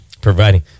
Providing